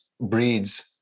breeds